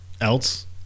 else